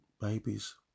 babies